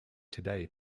today